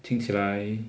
听起来